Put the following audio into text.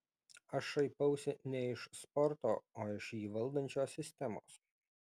aš šaipausi ne iš sporto o iš jį valdančios sistemos